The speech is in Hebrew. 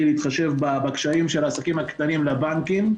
להתחשב בקשיים של העסקים הקטנים לבנקים.